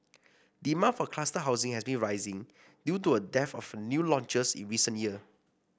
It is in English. demand for cluster housing has been rising due to a dearth of new launches in recent year